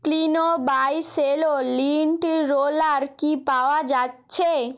ক্লিনো by Cello lint roller কি পাওয়া যাচ্ছে